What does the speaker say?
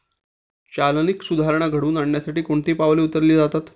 चालनीक सुधारणा घडवून आणण्यासाठी कोणती पावले उचलली जातात?